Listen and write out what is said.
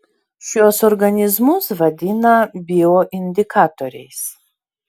šiuos organizmus vadina bioindikatoriais